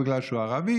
בגלל שהוא ערבי,